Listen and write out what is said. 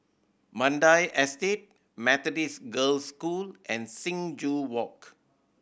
Mandai Estate Methodist Girls' School and Sing Joo Walk